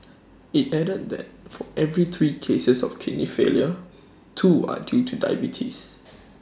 IT added that for every three cases of kidney failure two are due to diabetes